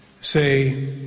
say